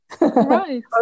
right